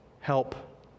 help